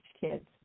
kids